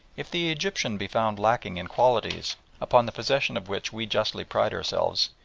if the egyptian be found lacking in qualities upon the possession of which we justly pride ourselves,